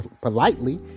politely